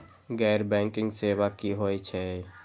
गैर बैंकिंग सेवा की होय छेय?